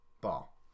Ball